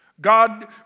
God